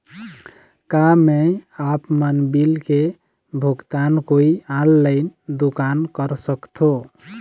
का मैं आपमन बिल के भुगतान कोई ऑनलाइन दुकान कर सकथों?